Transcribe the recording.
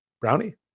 Brownie